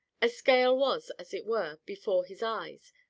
a scale was, as it were, before his eyes,